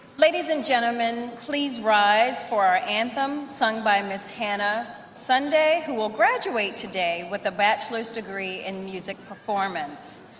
ladies and gentlemen, please rise for our anthem, sung by ms. hannah sunday, who will graduate today with a bachelor's degree in music performance.